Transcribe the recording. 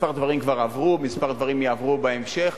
כמה דברים כבר עברו, כמה דברים יעברו בהמשך,